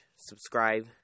subscribe